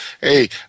Hey